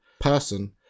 person